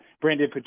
Brandon